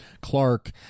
Clark